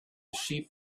sheep